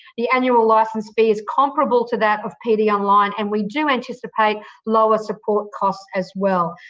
the annual licence fee is comparable to that of pd online, and we do anticipate lower support costs as well.